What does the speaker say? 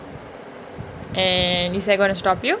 and is that going to stop you